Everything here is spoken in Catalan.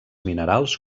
minerals